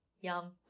Yum